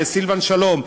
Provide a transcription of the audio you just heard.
לסילבן שלום,